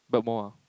but more